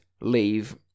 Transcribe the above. leave